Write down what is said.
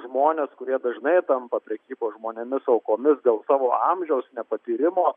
žmones kurie dažnai tampa prekybos žmonėmis aukomis dėl savo amžiaus nepatyrimo